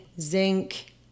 zinc